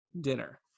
dinner